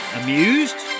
amused